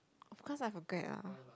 of course I forget lah